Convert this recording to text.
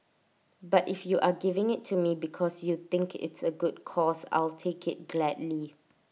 but if you are giving IT to me because you think it's A good cause I'll take IT gladly